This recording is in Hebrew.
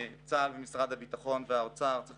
צה"ל ומשרדי הביטחון והאוצר צריכים